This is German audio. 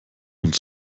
und